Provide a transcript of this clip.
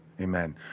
Amen